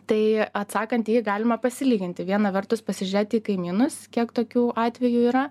tai atsakant į jį galima pasilyginti viena vertus pasižiūrėti į kaimynus kiek tokių atvejų yra